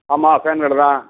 ஆமாம் ஃபேன் கடை தான்